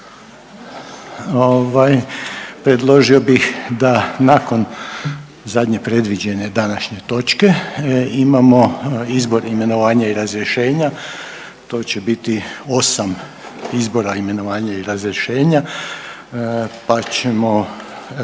predložio bih da nakon zadnje predviđene današnje točke imamo Izbor, imenovanja i razrješenja, to će biti 8 izbora, imenovanja i razrješenja, pa ćemo